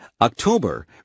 October